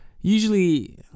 usually